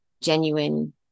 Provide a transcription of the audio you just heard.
genuine